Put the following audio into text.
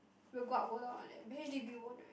will go up go down one eh but H_D_B won't right